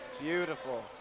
Beautiful